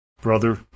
brother